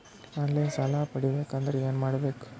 On line ಸಾಲ ಪಡಿಬೇಕಂದರ ಏನಮಾಡಬೇಕು?